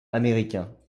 américain